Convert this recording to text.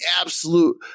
absolute